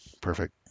perfect